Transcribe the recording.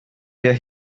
der